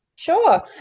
Sure